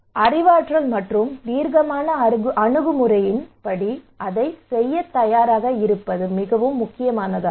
அறிவாற்றல் மற்றும் தீர்க்கமான அணுகுமுறையின் படி அதைச் செய்யத் தயாராக இருப்பது மிகவும் முக்கியமானதாகும்